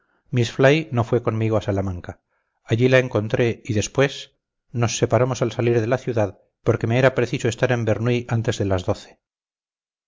no fue conmigo a salamanca allí la encontré y después nos separamos al salir de la ciudad porque me era preciso estar en bernuy antes de las doce